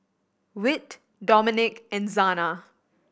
Whit Domenick and Zana